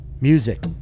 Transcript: Music